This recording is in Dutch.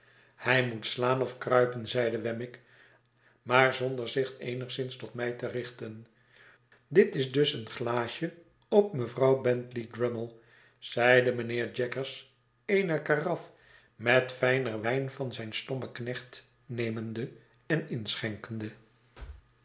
hij moet slaan of kruipen zeide wemmick maar zonder zich eenigszins tot mij te richten dit is dus een glaasje op mevrouw bentley drummle zeide mijnheer jaggers eene karaf met fijner wijn van zijn stommeknecht nemende en inschenkende